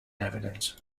evidence